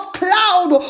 cloud